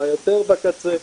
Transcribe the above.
היותר בקצה.